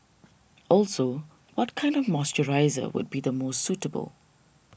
also what kind of moisturiser would be the most suitable